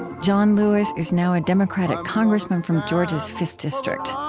john lewis is now a democratic congressman from georgia's fifth district.